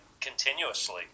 continuously